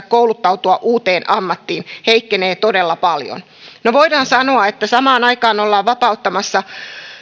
kouluttautua uuteen ammattiin heikkenevät todella paljon no voidaan sanoa että samaan aikaan ollaan vapauttamassa